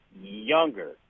younger